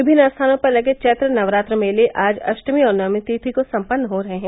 विभिन्न स्थानों पर लगे चैत्र नवरात्र मेले आज अष्टमी और नवमी तिथि को सम्पन्न हो रहे हैं